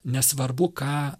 nesvarbu ką